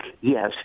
Yes